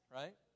right